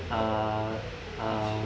uh uh